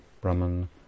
Brahman